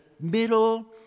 middle